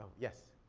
yes?